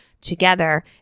together